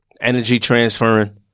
energy-transferring